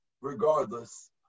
regardless